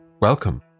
Welcome